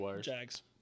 Jags